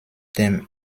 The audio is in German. dem